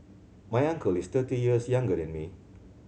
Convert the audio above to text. my uncle is thirty years younger than me